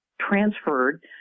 transferred